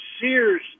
Sears